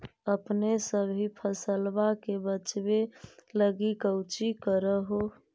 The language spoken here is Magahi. अपने सभी फसलबा के बच्बे लगी कौची कर हो?